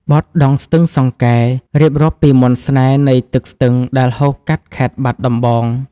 បទ «ដងស្ទឹងសង្កែ» រៀបរាប់ពីមន្តស្នេហ៍នៃទឹកស្ទឹងដែលហូរកាត់ខេត្តបាត់ដំបង។